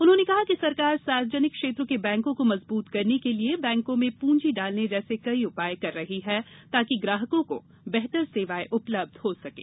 उन्होंने कहा कि सरकार सार्वजनिक क्षेत्र के बैंकों को मजबूत करने के लिए बैंकों में पूंजी डालने जैसे कई उपाय कर रही है ताकि ग्राहकों को बेहतर सेवाएं उपलब्ध हो सकें